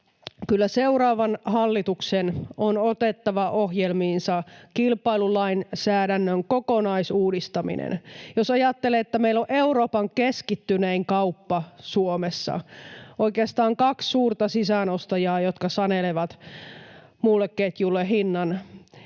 kyllä seuraavan hallituksen on otettava ohjelmiinsa kilpailulainsäädännön kokonaisuudistaminen. Jos ajattelee, että meillä on Euroopan keskittynein kauppa Suomessa — oikeastaan kaksi suurta sisäänostajaa, jotka sanelevat muulle ketjulle hinnan